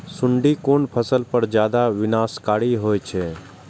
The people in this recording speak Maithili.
सुंडी कोन फसल पर ज्यादा विनाशकारी होई छै?